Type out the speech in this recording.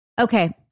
Okay